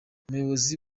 umuyobozi